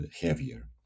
heavier